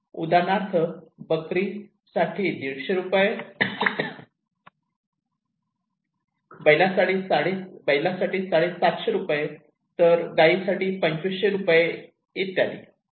उदाहरणार्थ बकरी साठी 150 रुपये बैलासाठी साडेसातशे रुपये तर गाईसाठी पंचवीस शे रुपये इत्यादी